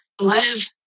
live